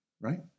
right